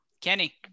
Kenny